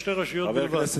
לשתי רשויות בלבד,